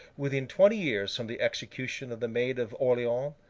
within twenty years from the execution of the maid of orleans,